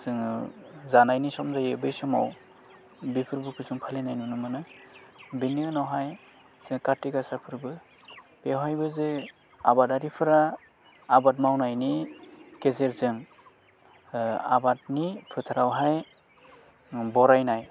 जोङो जानायनि सम जायो बे समाव बे फोरबोखौ जों फालिनाय नुनो मोनो बेनि उनावहाय जे काति गासा फोरबो बेयावहायबो जे आबादारिफोरा आबाद मावनायनि गेजेरजों आबादनि फोथारावहाय बरायनाय